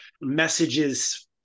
messages